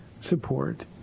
support